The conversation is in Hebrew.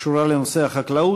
קשורה לנושא החקלאות,